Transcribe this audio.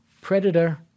predator